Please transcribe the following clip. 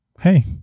Hey